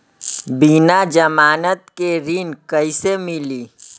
बिना जमानत के ऋण कैसे मिली?